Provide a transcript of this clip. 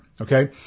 Okay